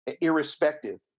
irrespective